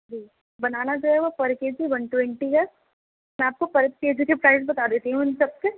جی banana جو ہے وہ per K G one twenty ہے میں آپ کو پر کے جی کے پرائس بتا دیتی ہوں ان سب کے